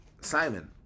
Simon